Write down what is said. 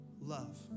love